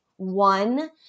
One